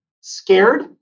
scared